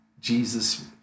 Jesus